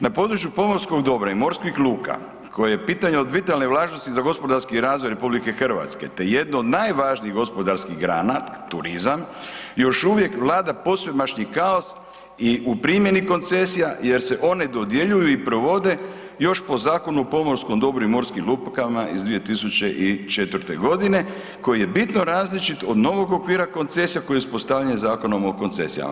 Na području pomorskog dobra i morskih luka koje je pitanje od vitalne važnosti za gospodarski razvoj RH te jedno od najvažnijih gospodarskih grana, turizam, još uvijek vlada posvemašnji kaos i u primjeni koncesija jer se one dodjeljuju i provode još po Zakonu o pomorskom dobru i morskim lukama iz 2004. g. koji je bitno različit od novog okvira koncesija koji je uspostavljen Zakonom o koncesijama.